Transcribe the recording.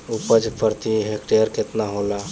उपज प्रति हेक्टेयर केतना होला?